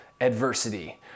adversity